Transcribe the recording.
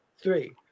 three